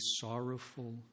sorrowful